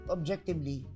Objectively